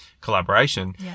collaboration